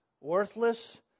Worthless